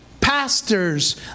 Pastors